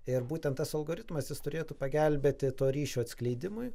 ir būtent tas algoritmas jis turėtų pagelbėti to ryšio atskleidimui